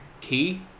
key